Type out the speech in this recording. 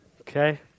okay